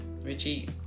Richie